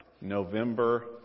November